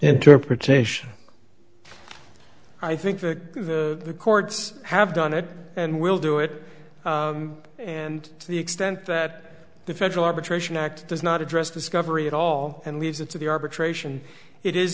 interpretation i think that the courts have done it and will do it and to the extent that the federal arbitration act does not address discovery at all and leaves it to the arbitration it is